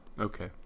Okay